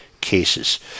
cases